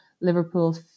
Liverpool